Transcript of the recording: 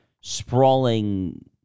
sprawling